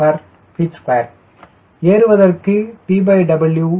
9 lbft2 ஏறுவதற்கு TW 0